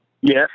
Yes